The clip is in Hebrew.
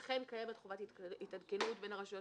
אכן קיימת חובת התעדכנות בין הרשויות